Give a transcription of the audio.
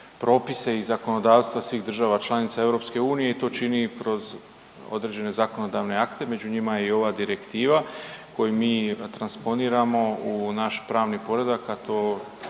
propise i zakonodavstva svih država članica EU i to čini kroz određene zakonodavne akte, među njima je i ova direktiva koju mi transponiramo u naš pravni poredak, a to